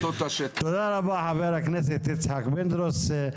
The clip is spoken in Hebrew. תודה רבה חבר הכנסת יצחק פינדרוס,